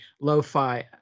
lo-fi